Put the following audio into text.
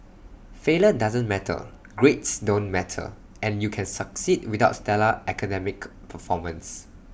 failure doesn't matter grades don't matter and you can succeed without stellar academic performance